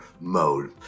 mode